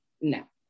No